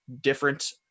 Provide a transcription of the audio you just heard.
different